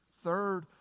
third